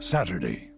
Saturday